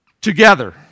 together